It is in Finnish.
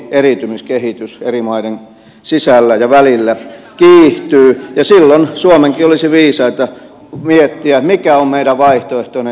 eriytymiskehitys eri maiden sisällä ja välillä kiihtyy ja silloin suomenkin olisi viisainta miettiä mikä on meidän vaihtoehtoinen europolitiikan tie